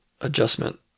adjustment